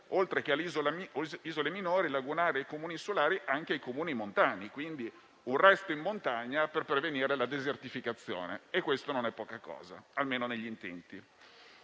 oltre che alle isole minori, lagunari e ai Comuni insulari, anche ai Comuni montani: una sorta di "Resto in montagna" per prevenire la desertificazione. Questo non è poca cosa, almeno negli intenti.